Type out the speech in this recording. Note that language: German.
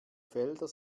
felder